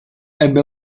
ebbe